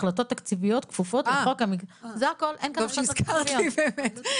החלטות תקציביות כפופות לחוק --- טוב שהזכרת לי באמת.